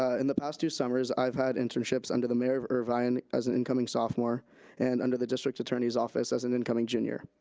ah in the past two summers i've had internships under the mayor of irvine as an incoming sophomore and under the district attorney's office as an incoming junior.